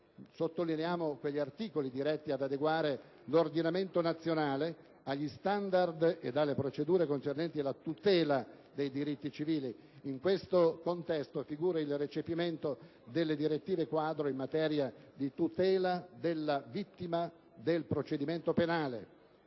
sottolineiamo quegli articoli diretti ad adeguare l'ordinamento nazionale agli standard e alle procedure concernenti la tutela dei diritti civili. In questo contesto figura il recepimento delle decisioni quadro in materia di tutela della vittima nel procedimento penale,